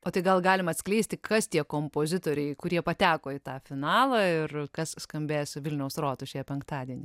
o tai gal galima atskleisti kas tie kompozitoriai kurie pateko į tą finalą ir kas skambės vilniaus rotušėje penktadienį